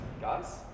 Guys